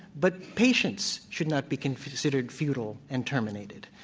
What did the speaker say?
but patients should not be considered futile and terminated.